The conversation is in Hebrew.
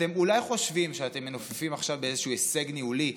אתם חושבים אולי שאתם מנופפים עכשיו באיזשהו הישג ניהולי,